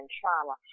trauma